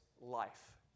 life